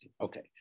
okay